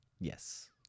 Yes